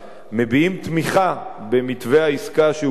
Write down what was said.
ראש השב"כ, מביעים תמיכה במתווה העסקה שהושג,